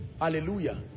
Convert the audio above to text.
Hallelujah